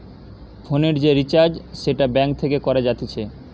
ফোনের যে রিচার্জ সেটা ব্যাঙ্ক থেকে করা যাতিছে